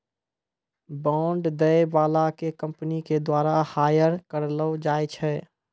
bond दै बाला के कंपनी के द्वारा हायर करलो जाय छै